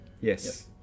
Yes